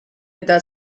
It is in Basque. eta